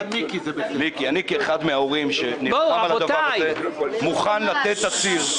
אני כאחד מן ההורים שנלחם על הדבר הזה מוכן לתת תצהיר,